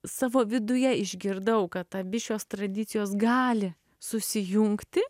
savo viduje išgirdau kad abi šios tradicijos gali susijungti